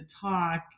talk